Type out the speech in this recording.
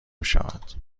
میشود